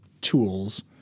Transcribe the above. tools